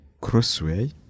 crossway